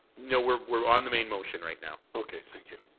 no, we're we're on the main motion right now. okay, thank you.